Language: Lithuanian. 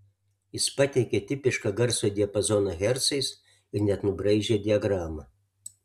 jis pateikė tipišką garso diapazoną hercais ir net nubraižė diagramą